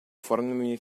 формами